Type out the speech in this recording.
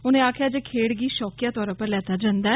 उनें आक्खेआ जे खेड्ढ गी शौकिया तौरा पर लैता जंदा ऐ